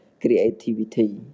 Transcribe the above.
creativity